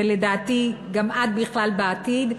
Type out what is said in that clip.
ולדעתי גם עד בכלל, בעתיד,